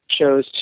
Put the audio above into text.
chose